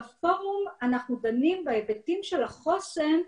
בפורום אנחנו דנים בהיבטים של החוסן,